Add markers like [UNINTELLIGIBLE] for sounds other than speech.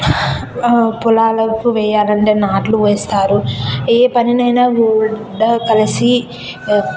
పొలాలకు వెయ్యాలంటే నాటులు వేస్తారు ఏ పనినైనా [UNINTELLIGIBLE] కలిసి పని చేసుకుంటూ ఉంటారు